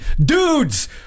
Dudes